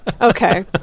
Okay